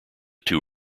two